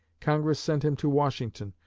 congress sent him to washington,